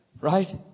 right